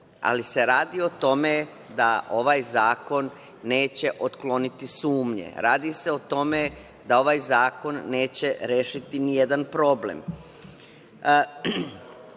ali se radi o tome da ovaj zakon neće otkloniti sumnje, radi se o tome da ovaj zakon neće rešiti nijedan problem. Ko